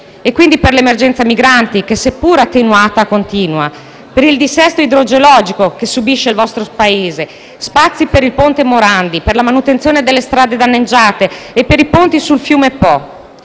nuove: per l'emergenza migranti, che seppur attenuata continua; per il dissesto idrogeologico che subisce il vostro Paese; spazi per il ponte Morandi, per la manutenzione delle strade danneggiate e per i ponti sul fiume Po.